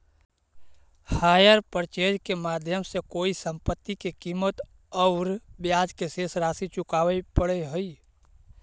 hire purchase के माध्यम से कोई संपत्ति के कीमत औउर ब्याज के शेष राशि चुकावे पड़ऽ हई